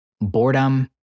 boredom